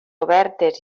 obertes